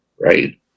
right